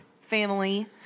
family